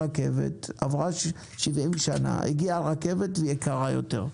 עברו 70 שנה, הגיעה רכבת והיא יקרה יותר.